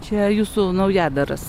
čia jūsų naujadaras